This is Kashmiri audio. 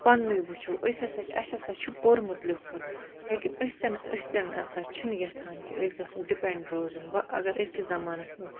پَننُے وُچھو أسۍ ہَسا اَسہِ ہَسا چھُ پوٚرمُت لیٚوٗکھمُت لیکِن أسۍ تہِ نہٕ أسۍ تہِ نَسا چھِ نہٕ یَژھان کہِ أسۍ گَژھو ڈِپیٚنڈ روزُن وۅنۍ اَگَر أزۍکِس زَمانَس مَنٛز